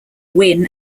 win